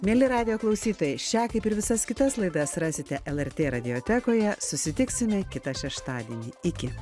mieli radijo klausytojai šią kaip ir visas kitas laidas rasite lrt radiotekoje susitiksime kitą šeštadienį iki